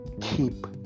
keep